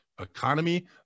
economy